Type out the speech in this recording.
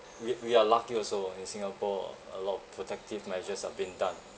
we we are lucky also ah in singapore ah a lot of protective measures are being done